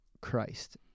Christ